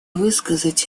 высказать